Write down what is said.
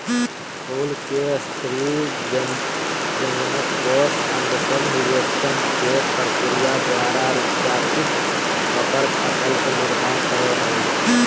फूल के स्त्री जननकोष अंडाशय निषेचन के प्रक्रिया द्वारा रूपांतरित होकर फल के निर्माण कर हई